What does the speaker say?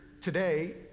today